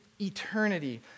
eternity